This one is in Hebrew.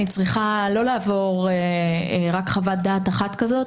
צריכה לא לעבור רק חוות דעת אחת כזאת,